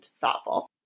thoughtful